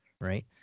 right